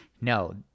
No